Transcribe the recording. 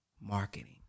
marketing